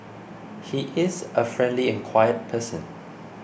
he is a friendly and quiet person